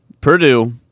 Purdue